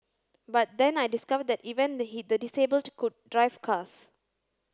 but then I discovered that even the the disabled could drive cars